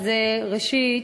ראשית,